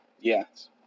yes